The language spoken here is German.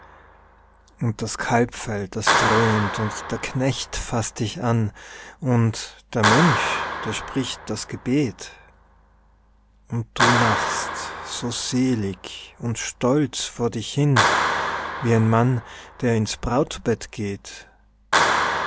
und das kalbfell das dröhnt und der knecht faßt dich an und der mönch der spricht das gebet und du lachst so selig und stolz vor dich hin wie ein mann der ins brautbett geht